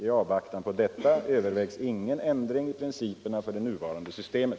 I avvaktan på detta övervägs ingen ändring I principerna för det nuvarande systemet.